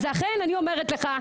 לכן אני אומרת לך,